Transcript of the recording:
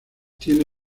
tiene